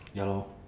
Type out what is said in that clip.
ya lor